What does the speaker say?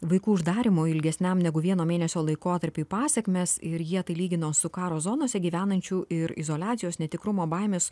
vaikų uždarymo ilgesniam negu vieno mėnesio laikotarpiui pasekmes ir jie tai lygino su karo zonose gyvenančių ir izoliacijos netikrumo baimės